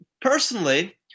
personally